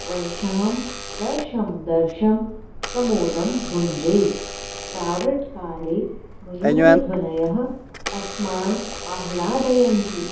वर्षां दर्शं दर्शं समोदं भुञ्जे प्रावृट्काले मयूरध्वनयः अस्मान् आह्लादयन्ति